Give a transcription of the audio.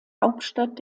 hauptstadt